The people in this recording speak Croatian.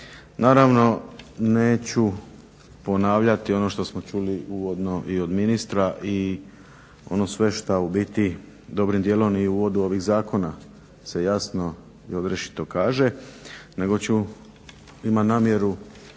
naravno neću ponavljati ono što smo čuli uvodno i od ministra i ono sve što u biti dobrim dijelom i u uvodu ovih zakona se jasno i odrješito kaže nego imam namjeru